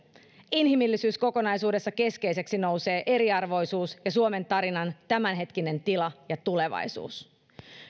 inhimillisyys kokonaisuudessa keskeiseksi nousee eriarvoisuus ja suomen tarinan tämänhetkinen tila ja tulevaisuus